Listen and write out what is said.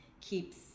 keeps